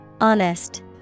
Honest